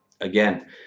again